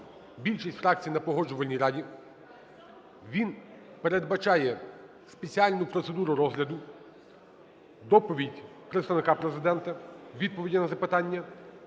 більшість фракцій на Погоджувальній раді, він передбачає спеціальну процедуру розгляду: доповідь Представника Президента, відповіді на запитання,